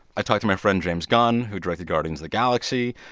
i talked to my friend james gunn, who directed guardians of the galaxy.